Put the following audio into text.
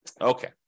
okay